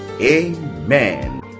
Amen